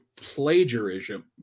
Plagiarism